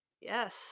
Yes